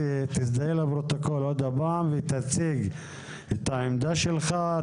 תזדהה לפרוטוקול ותציג את העמדה שלך,